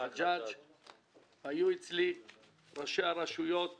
היו אצלי ראשי הרשויות המקומיות,